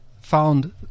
found